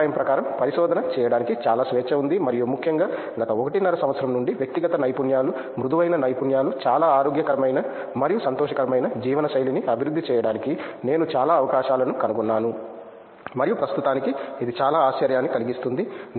నా అభిప్రాయం ప్రకారం పరిశోధన చేయడానికి చాలా స్వేచ్ఛ ఉంది మరియు ముఖ్యంగా గత ఒకటిన్నర సంవత్సరం నుండి వ్యక్తిగత నైపుణ్యాలు మృదువైన నైపుణ్యాలు చాలా ఆరోగ్యకరమైన మరియు సంతోషకరమైన జీవన శైలిని అభివృద్ధి చేయడానికి నేను చాలా అవకాశాలను కనుగొన్నాను మరియు ప్రస్తుతానికి ఇది చాలా ఆశ్చర్యాన్ని కలిగిస్తుంది